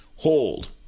hold